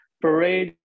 parade